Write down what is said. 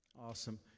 Awesome